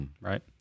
right